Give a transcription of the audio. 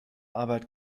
arbeit